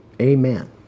Amen